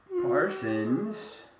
Parsons